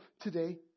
today